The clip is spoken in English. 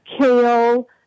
kale